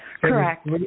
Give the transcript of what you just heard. Correct